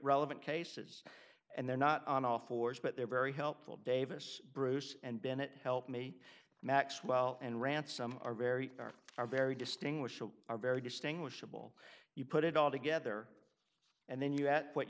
relevant cases and they're not on all fours but they're very helpful davis bruce and bennett help me maxwell and ransom are very very are very distinguished are very distinguishable you put it all together and then you add what